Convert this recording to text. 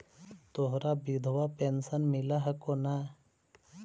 तोहरा विधवा पेन्शन मिलहको ने?